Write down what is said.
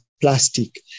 plastic